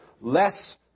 less